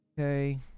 Okay